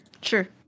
sure